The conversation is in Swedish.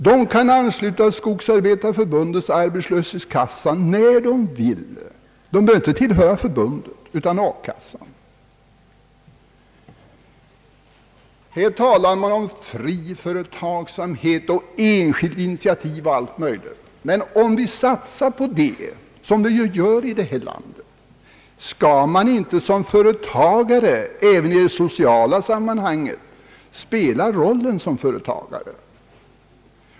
De kan ansluta sig till Skogsarbetarförbundets arbetslöshetskassa när de vill — de behöver inte tillhöra förbundet. Här talar man om fri företagsamhet, enskilt initiativ och allt möjligt. Men om vi satsar på fri företagsamhet som vi ju gör i detta land — skall då inte företagarna även i sociala sammanhang spela rollen som företagare?